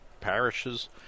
parishes